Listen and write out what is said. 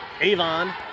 Avon